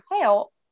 help